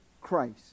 Christ